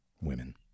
women